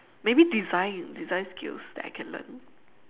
maybe design design skills that I can learn